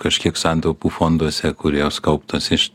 kažkiek santaupų fonduose kur jos kauptos iš